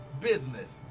business